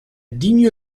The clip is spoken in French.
digne